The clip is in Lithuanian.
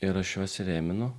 ir aš juos įrėminu